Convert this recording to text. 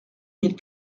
mille